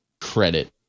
credit